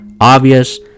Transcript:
obvious